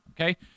Okay